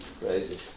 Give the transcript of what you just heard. crazy